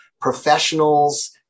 professionals